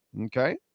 Okay